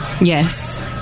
yes